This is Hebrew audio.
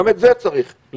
גם את זה צריך לבצע.